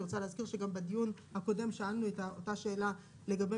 אני רוצה להזכיר שגם בדיון הקודם שאלנו את אותה שאלה לגבי